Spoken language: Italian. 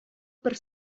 per